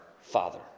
father